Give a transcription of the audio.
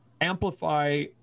amplify